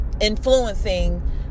Influencing